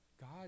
God